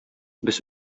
без